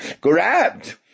grabbed